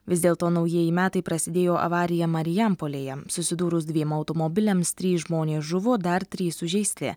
vis dėlto naujieji metai prasidėjo avarija marijampolėje susidūrus dviem automobiliams trys žmonės žuvo dar trys sužeisti